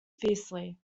fiercely